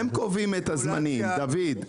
הם קובעים את הזמנים, דוד.